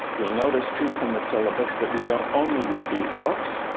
you'll notice too from the syllabus that we don't only read these books,